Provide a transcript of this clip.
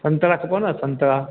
संतरा खपनिव संतरा